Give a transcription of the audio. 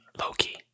Loki